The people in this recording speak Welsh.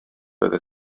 oeddet